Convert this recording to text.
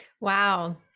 Wow